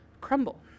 crumble